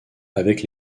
avec